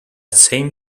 same